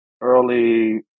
early